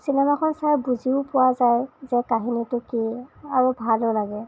চিনেমাখন চাই বুজিও পোৱা যায় যে কাহিনীটো কি আৰু ভালো লাগে